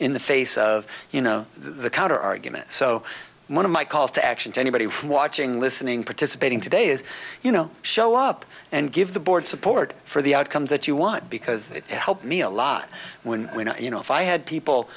in the face of you know the counter argument so one of my calls to action to anybody watching listening participating today is you know show up and give the board support for the outcomes that you want because it helped me a lot when you know if i had people